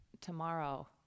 tomorrow